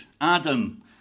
Adam